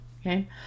Okay